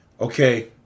okay